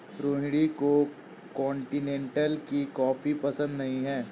रोहिणी को कॉन्टिनेन्टल की कॉफी पसंद नहीं है